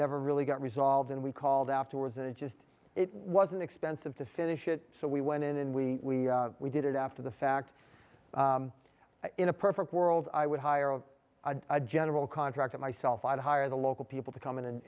never really got resolved and we called afterwards and it just it was an expensive to finish it so we went in and we we did it after the fact in a perfect world i would hire a general contractor myself i'd hire the local people to come in